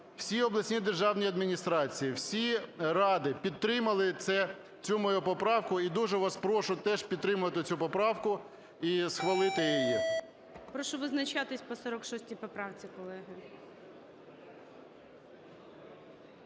Всі обласні державні адміністрації, всі ради підтримали цю мою поправку, і дуже вас прошу теж підтримати цю поправку, і схвалити її. ГОЛОВУЮЧИЙ. Прошу визначатись по 46 поправці, колеги.